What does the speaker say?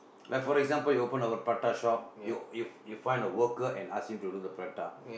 like for example you open a prata shop you you find a worker and ask him to do the prata